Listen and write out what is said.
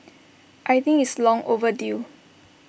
I think it's long overdue